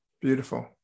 Beautiful